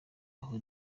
aho